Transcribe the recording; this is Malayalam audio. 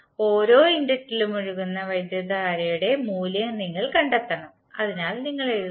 ഓരോ ഇൻഡക്ടറിലും ഒഴുകുന്ന വൈദ്യുതധാരയുടെ മൂല്യം നിങ്ങൾ കണ്ടെത്തണം അതിനാൽ നിങ്ങൾ എഴുതുന്നു